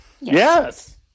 Yes